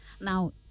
now